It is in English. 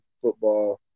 football